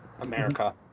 America